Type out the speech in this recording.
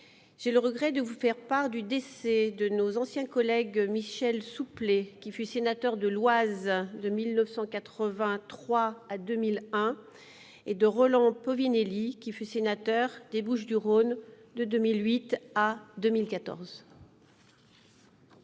J'ai le regret de vous faire part du décès de nos anciens collègues Michel Souplet, qui fut sénateur de l'Oise de 1983 à 2001, et de Roland Povinelli, qui fut sénateur des Bouches-du-Rhône de 2008 à 2014.